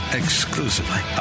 exclusively